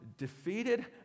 defeated